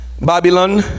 Babylon